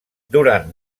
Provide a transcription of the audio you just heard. durant